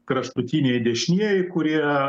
kraštutiniai dešinieji kurie